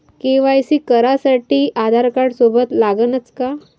KYC करासाठी आधारकार्ड सोबत लागनच का?